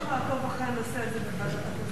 אנחנו נמשיך לעקוב אחר הנושא הזה בוועדת החוץ